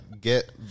get